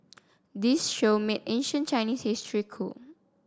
this show made ancient Chinese history cool